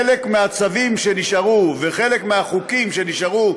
חלק מהצווים שנשארו וחלק מהחוקים שנשארו,